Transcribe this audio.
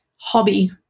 hobby